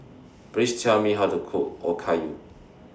Please Tell Me How to Cook Okayu